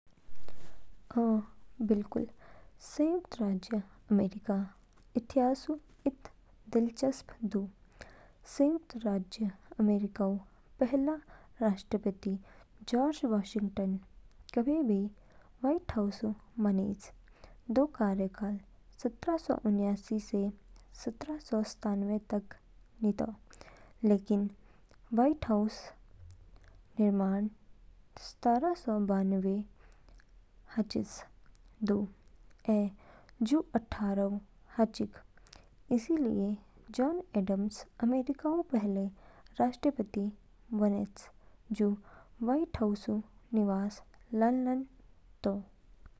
अ, बिल्कुल। संयुक्त राज्य अमेरिका इतिहासऊ इद दिलचस्प दू। संयुक्त राज्य अमेरिकाऊ पहला राष्ट्रपति, जॉर्ज वॉशिंगटन, कभी भी व्हाइट हाउसऊ मा निज। दो कार्यकाल सत्रह सौ उनासी से सत्रह सौ सत्तानवे तक नितो, लेकिन व्हाइट हाउसऊ निर्माण सत्रह सौ बानवेऊ हाचिस दू ऐ जू अट्ठारहऊ हाचिग। इसलिए, जॉन एडम्स अमेरिकाऊ पहले राष्ट्रपति बनयेच जूस व्हाइट हाउसऊ निवास लानलान तो।